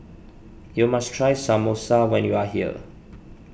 you must try Samosa when you are here